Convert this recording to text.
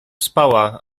spała